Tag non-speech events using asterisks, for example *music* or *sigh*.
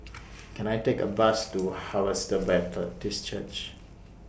*noise* Can I Take A Bus to Harvester Baptist Church